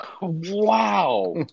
wow